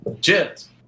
Cheers